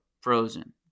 frozen